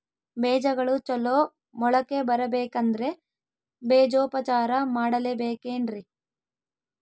ಬೇಜಗಳು ಚಲೋ ಮೊಳಕೆ ಬರಬೇಕಂದ್ರೆ ಬೇಜೋಪಚಾರ ಮಾಡಲೆಬೇಕೆನ್ರಿ?